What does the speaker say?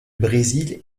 brésil